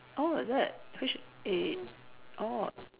oh is it which eh oh